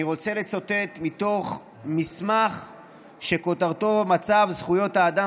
אני רוצה לצטט מתוך מסמך שכותרתו: מצב זכויות האדם